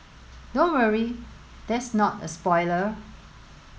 don't worry that's not a spoiler